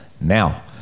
now